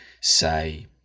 say